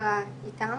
מתחרה איתם